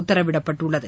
உத்தரவிடப்பட்டுள்ளது